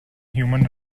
human